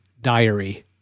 Diary